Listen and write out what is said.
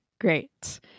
great